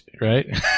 right